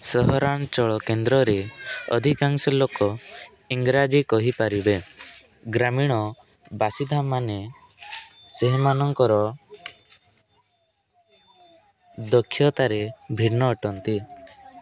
ସହରାଞ୍ଚଳ କେନ୍ଦ୍ରରେ ଅଧିକାଂଶ ଲୋକ ଇଂରାଜୀ କହିପାରିବେ ଗ୍ରାମୀଣ ବାସିନ୍ଦାମାନେ ସେମାନଙ୍କର ଦକ୍ଷତାରେ ଭିନ୍ନ ଅଟନ୍ତି